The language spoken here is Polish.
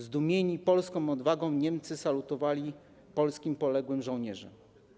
Zdumieni polską odwagą Niemcy salutowali polskim poległym żołnierzom.